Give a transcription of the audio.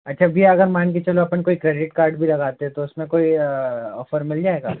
अच्छा भैया अगर मान के चलो अपन कोई क्रेडिट कार्ड भी लगाते तो उस में कोई औफर मिल जाएगा